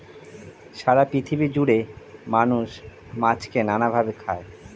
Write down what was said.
সারা পৃথিবী জুড়ে মানুষ মাছকে নানা ভাবে খায়